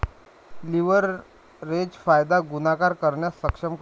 leverage फायदा गुणाकार करण्यास सक्षम करते